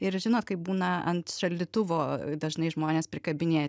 ir žinot kaip būna ant šaldytuvo dažnai žmonės prikabinėja